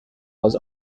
was